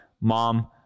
mom